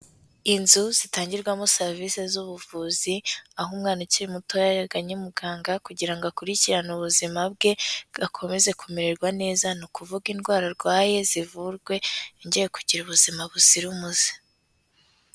Inzu zitangirwamo serivise z'ubuvuzi, aho umwana ukiri mutoya yagannye muganga kugira ngo akurikirane ubuzima bwe akomeze kumererwa neza, ni ukuvuga indwara arwaye zivurwe yongeye kugira ubuzima buzira umuze.